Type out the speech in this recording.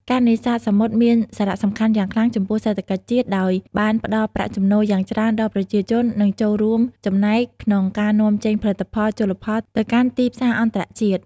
ការនេសាទសមុទ្រមានសារៈសំខាន់យ៉ាងខ្លាំងចំពោះសេដ្ឋកិច្ចជាតិ ដោយបានផ្ដល់ប្រាក់ចំណូលយ៉ាងច្រើនដល់ប្រជាជន និងចូលរួមចំណែកក្នុងការនាំចេញផលិតផលជលផលទៅកាន់ទីផ្សារអន្តរជាតិ។